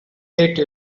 ate